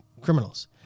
criminals